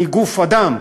אני גוף אדם,